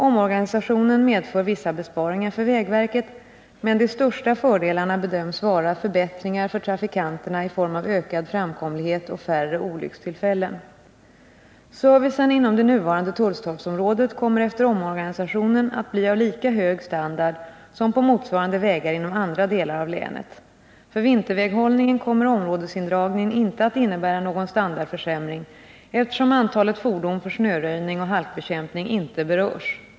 Omorganisationen medför vissa besparingar för vägverket, men de största fördelarna bedöms vara förbättringar för trafikanterna i form av ökad framkomlighet och färre olyckstillfällen. Servicen inom det nuvarande Tullstorpsområdet kommer efter omorganisationen att bli av lika hög standard som på motsvarande vägar inom andra delar av länet. För vinterväghållningen kommer områdesindragningen inte att innebära någon standardförsämring eftersom antalet fordon för snöröjning och halkbekämpning inte berörs.